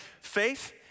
Faith